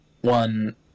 one